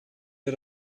wir